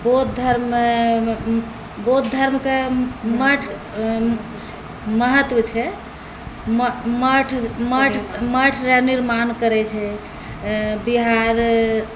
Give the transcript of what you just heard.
बौद्ध धर्ममे बौद्ध धर्मके मठ महत्व छै मठ मठ रऽ निर्माण करै छै बिहार